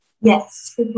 Yes